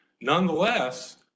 Nonetheless